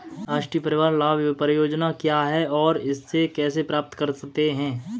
राष्ट्रीय परिवार लाभ परियोजना क्या है और इसे कैसे प्राप्त करते हैं?